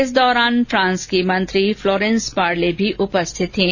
इस दौरान फ्रांस की मंत्री फ्लोरेंस पार्ले भी उपस्थित थीं